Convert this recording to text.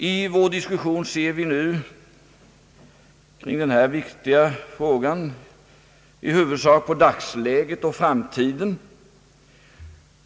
I vår diskussion kring den här viktiga frågan ser vi nu i huvudsak på dagsläget och framtiden.